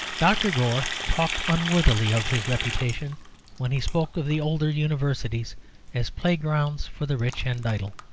dr. gore talked unworthily of his reputation when he spoke of the older universities as playgrounds for the rich and idle.